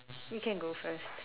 you can go first